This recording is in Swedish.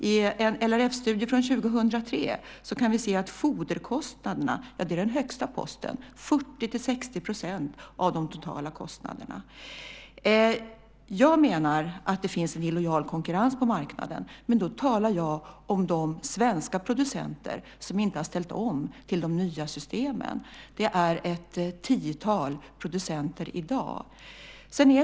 I en LRF-studie från 2003 kan vi se att foderkostnaderna är den största posten - 40-60 % av de totala kostnaderna. Jag menar att det finns en illojal konkurrens på marknaden. Men då talar jag om de svenska producenter som inte har ställt om till de nya systemen. Det är ett tiotal producenter i dag.